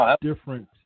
different